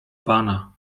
pana